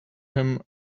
him